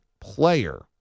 player